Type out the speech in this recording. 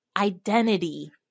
identity